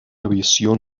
aviación